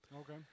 Okay